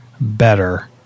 better